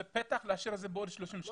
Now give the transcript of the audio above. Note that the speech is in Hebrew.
זה פתח להשאיר את זה עוד 30 שנה.